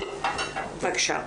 בקשה.